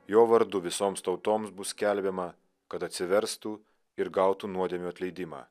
jo vardu visoms tautoms bus skelbiama kad atsiverstų ir gautų nuodėmių atleidimą